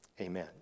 Amen